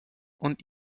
und